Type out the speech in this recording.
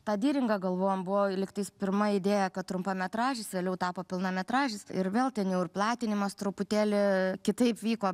tą diringą galvojom buvo lyg tais pirma idėja kad trumpametražis vėliau tapo pilnametražis ir vėl ten jau ir platinimas truputėlį kitaip vyko